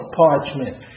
parchment